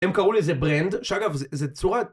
הם קראו לי זה ברנד, שאגב זה צורת...